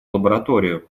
лабораторию